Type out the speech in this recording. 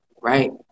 right